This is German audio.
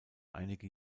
einige